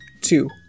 two